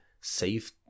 save